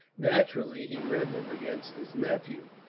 naturally, he rebelled against his nephew.